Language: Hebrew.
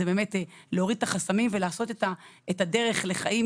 להוריד את החסמים ולעשות את הדרך לחיים